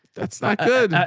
that's not good.